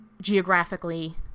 geographically